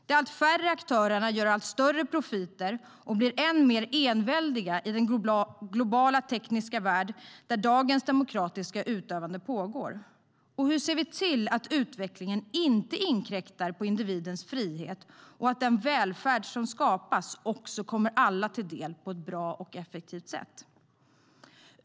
De allt färre aktörerna gör allt större profiter och blir än mer enväldiga i den globala tekniska värld där dagens demokratiska utövande pågår. Hur ser vi till att utvecklingen inte inkräktar på individens frihet och att den välfärd som skapas kommer alla till del på ett bra och effektivt sätt?